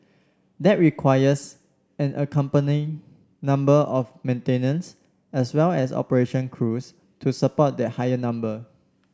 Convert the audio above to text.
that requires an accompanying number of maintenance as well as operation crews to support that higher number